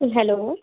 hello